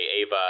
Ava